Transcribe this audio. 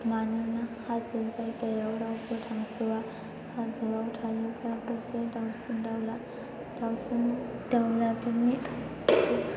मानोना हाजो जायगायाव रावबो थांस'आ हाजोआव थायोब्ला एसे दावसिन दावला दावसिन दावलाफोरनि